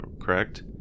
correct